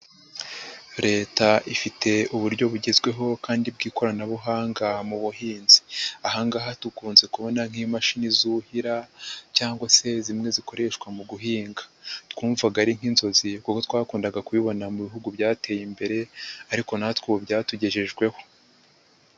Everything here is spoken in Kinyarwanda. Leta ifite uburyo bugezweho kandi bw'ikoranabuhanga mu buhinzi. Aha ngaha dukunze kubona nk'imashini zuhira, cyangwa se zimwe zikoreshwa mu guhinga twumvaga ari nk'inzozi kuko twakundaga kubibona mu bihugu byateye imbere, ariko natwe ubu byatugejejweho.